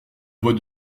voix